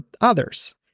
others